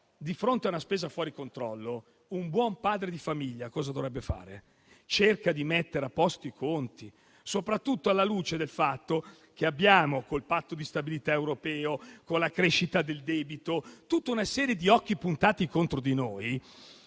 di fronte a una spesa fuori controllo, un buon padre di famiglia cosa dovrebbe fare? Cerca di mettere a posto i conti, soprattutto alla luce del fatto che abbiamo, con il Patto di stabilità europeo e con la crescita del debito, tutta una serie di occhi puntati contro di noi